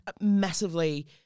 massively